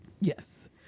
Yes